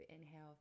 inhale